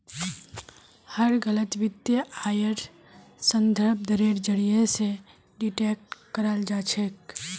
हर गलत वित्तीय आइर संदर्भ दरेर जरीये स डिटेक्ट कराल जा छेक